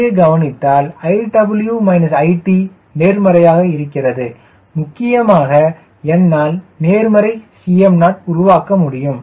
இங்கே கவனித்தால் iw it நேர்மறையாக இருக்கிறது முக்கியமாக என்னால் நேர்மறை Cm0 உருவாக்க முடியும்